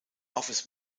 offers